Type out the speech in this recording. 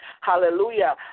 Hallelujah